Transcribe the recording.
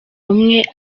umwe